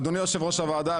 אדוני יושב-ראש הוועדה,